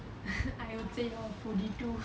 I would say you're a foodie to